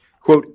quote